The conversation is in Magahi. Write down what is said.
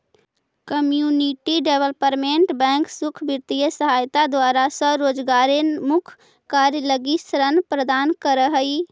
कम्युनिटी डेवलपमेंट बैंक सुख वित्तीय सहायता द्वारा रोजगारोन्मुख कार्य लगी ऋण प्रदान करऽ हइ